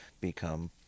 become